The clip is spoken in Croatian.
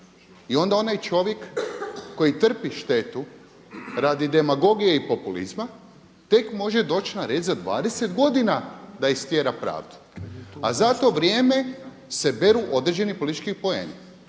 I onda onaj čovjek koji trpi štetu radi demagogije i populizma tek može doći na red za 20 godina da istjera pravdu. A za to vrijeme se beru određeni politički poeni.